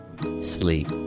sleep